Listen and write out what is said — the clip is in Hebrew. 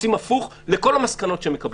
עושים הפוך לכל המסקנות שהם מקבלים.